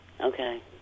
Okay